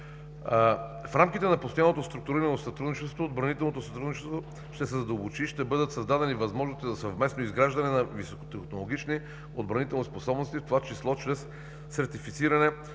В рамките на Постоянното структурирано сътрудничество отбранителното сътрудничество ще се задълбочи и ще бъдат създадени възможности за съвместно изграждане на високотехнологични отбранителни способности, в това число чрез сертифициране